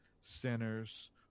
sinners